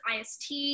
IST